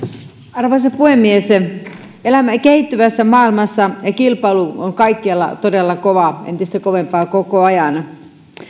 arvoisa puhemies elämme kehittyvässä maailmassa ja kilpailu on kaikkialla todella kovaa entistä kovempaa koko ajan